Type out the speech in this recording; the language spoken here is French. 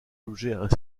l’objet